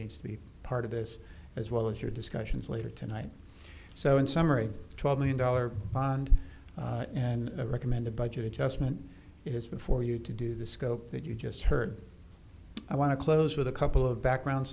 needs to be part of this as well as your discussions later tonight so in summary the twelve million dollars bond and recommended budget adjustment is before you to do the scope that you just heard i want to close with a couple of background